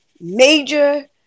major